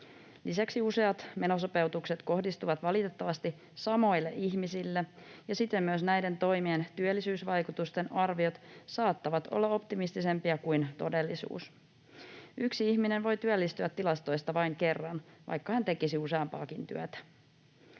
Lisäksi useat menosopeutukset kohdistuvat valitettavasti samoille ihmisille, ja siten myös näiden toimien työllisyysvaikutusten arviot saattavat olla optimistisempia kuin todellisuus. Yksi ihminen voi työllistyä tilastoista vain kerran, vaikka hän tekisi useampaakin työtä.